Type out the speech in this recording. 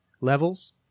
levels